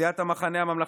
סיעת המחנה הממלכתי,